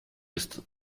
ist